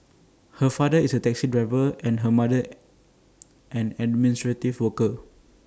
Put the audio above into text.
her father is A taxi driver and her mother an administrative worker